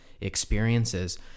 experiences